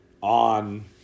on